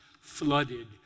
flooded